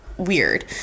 weird